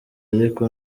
ariko